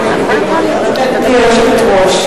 גברתי היושבת-ראש,